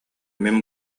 мин